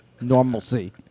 normalcy